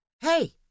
Hey